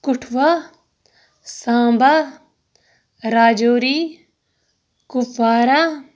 Kathua Samba Rajouri Kupwara